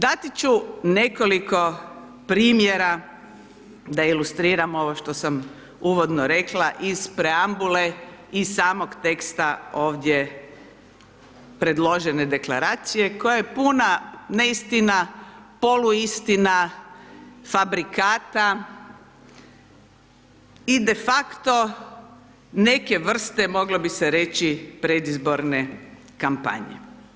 Dati ću nekoliko primjera da ilustriram ovo što sam uvodno rekla iz preambule, iz samog teksta ovdje predložene deklaracije koja je puna neistina, poluistina, fabrikata i de facto neke vrste moglo bi se reći, predizborne kampanje.